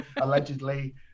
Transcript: allegedly